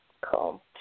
cool